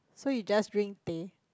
so you just drink teh